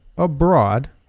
Abroad